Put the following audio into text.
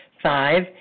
Five